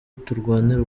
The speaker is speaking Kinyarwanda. turwanira